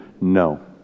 no